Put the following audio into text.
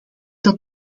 dat